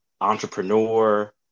entrepreneur